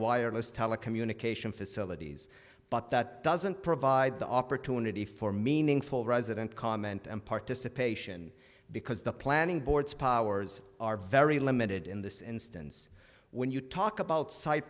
wireless telecommunication facilities but that doesn't provide the opportunity for meaningful resident comment and participation because the planning boards powers are very limited in this instance when you talk about site